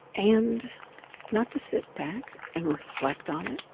and not to sit back and reflect on it